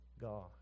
God